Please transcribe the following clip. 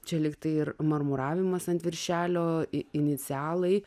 čia likti ir marmuravimas ant viršelio inicialai